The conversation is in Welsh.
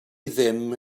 ddim